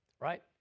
right